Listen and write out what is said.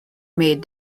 made